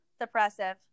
suppressive